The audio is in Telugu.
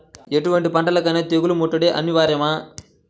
ఎటువంటి పంటలకైన తెగులు ముట్టడి అనివార్యమా?